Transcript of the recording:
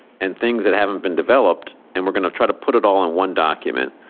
and things that haven't been developed, and we're gonna try to put it all on one document.